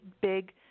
big